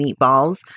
meatballs